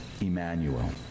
Emmanuel